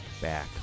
back